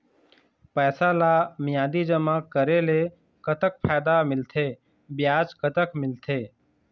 पैसा ला मियादी जमा करेले, कतक फायदा मिलथे, ब्याज कतक मिलथे?